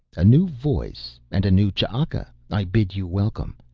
a new voice and a new ch'aka i bid you welcome.